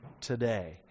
today